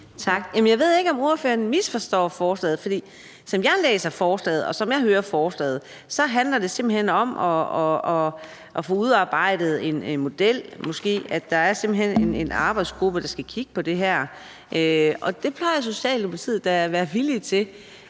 Jeg ved ikke, om ordføreren misforstår forslaget. For som jeg læser forslaget, og som jeg hører om det, handler det simpelt hen om at få udarbejdet en model – at der simpelt hen er en arbejdsgruppe, der skal kigge på det her. Det plejer Socialdemokratiet da at være villig til.